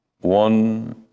one